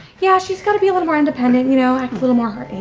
yeah, she's gotta be a little more independent, you know, act a little more her